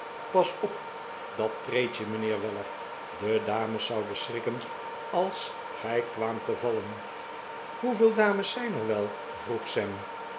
pas op dat treetje mijnheer weller de dames zouden schrikken als gij kwaamt te vallen hoeveel dames zijn er wel vroeg sam